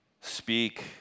Speak